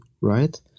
right